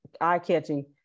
eye-catching